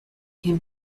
can